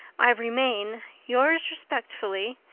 i remain, yours respectfully,